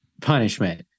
punishment